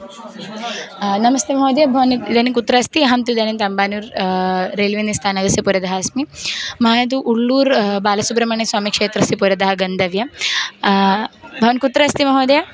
नमस्ते महोदय भवान् इ इदानीं कुत्र अस्ति अहं तु इदानीं तम्बानूर् रेल्वे नि स्थानस्य पुरतः अस्मि माया तु उल्लूर् बालसुब्रह्मण्यस्वामीक्षेत्रस्य पुरतः गन्तव्यं भवान् कुत्र अस्ति महोदय